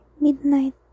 midnight